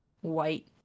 white